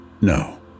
No